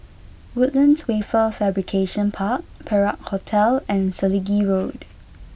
Woodlands Wafer Fabrication Park Perak Hotel and Selegie Road